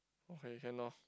okay can now